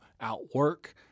outwork